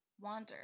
wander